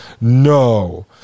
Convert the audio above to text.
No